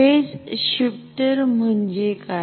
phase shifter म्हणजे काय